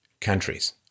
countries